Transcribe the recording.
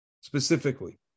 specifically